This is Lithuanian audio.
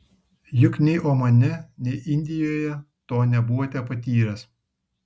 juk nei omane nei indijoje to nebuvote patyręs